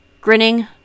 Grinning